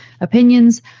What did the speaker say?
opinions